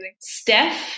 steph